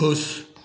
ख़ुश